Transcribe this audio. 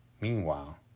Meanwhile